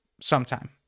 sometime